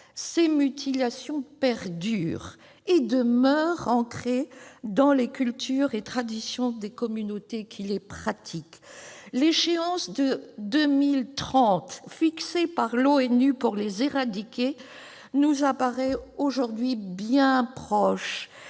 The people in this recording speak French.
ces mutilations perdurent et demeurent ancrées dans les cultures et traditions des communautés qui les pratiquent. L'échéance de 2030 fixée par l'ONU pour les éradiquer nous apparaît aujourd'hui bien proche,